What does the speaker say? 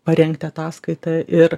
parengti ataskaitą ir